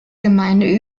gemeinde